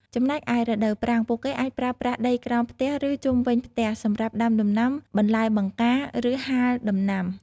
ចំណែកឯរដូវប្រាំង ពួកគេអាចប្រើប្រាស់ដីក្រោមផ្ទះ ឬជុំវិញផ្ទះ សម្រាប់ដាំដំណាំ បន្លែបង្ការ ឬហាលដំណាំ ។